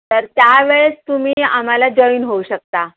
तर त्यावेळेस तुम्ही आम्हाला जॉईन होऊ शकता